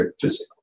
physical